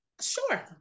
Sure